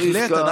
בהחלט,